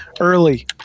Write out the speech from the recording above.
early